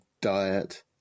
diet